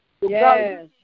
Yes